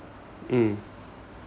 mm